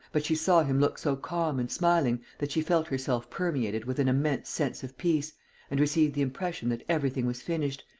but she saw him look so calm and smiling that she felt herself permeated with an immense sense of peace and received the impression that everything was finished,